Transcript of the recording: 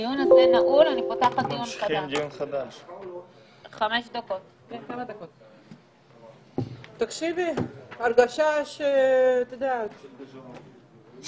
הישיבה ננעלה בשעה 12:05.